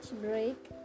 break